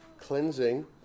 cleansing